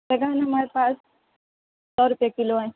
بیگن ہمارے پاس سو روپیے کِلو ہیں